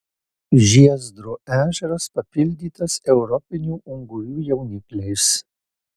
žiezdro ežeras papildytas europinių ungurių jaunikliais